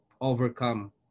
overcome